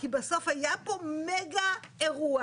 כי בסוף היה פה מגה אירוע,